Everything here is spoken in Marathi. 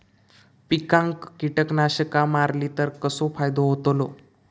पिकांक कीटकनाशका मारली तर कसो फायदो होतलो?